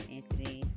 Anthony